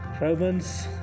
Romans